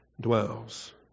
dwells